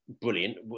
brilliant